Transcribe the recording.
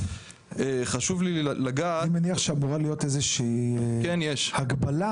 אני מניח שאמורה להיות איזושהי הקבלה